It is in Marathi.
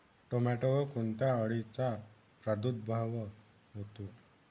टोमॅटोवर कोणत्या अळीचा प्रादुर्भाव होतो?